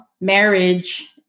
marriage